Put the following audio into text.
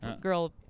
girl